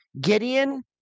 Gideon